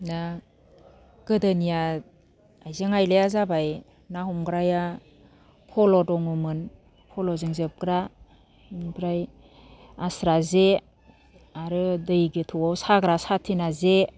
दा गोदोनिया आइजें आयलाया जाबाय ना हमग्राया फल' दङमोन फल'जों जोबग्रा ओमफ्राय आस्रा जे आरो दै गोथौआव साग्रा साथेना जे